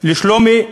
לשלומי,